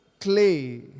clay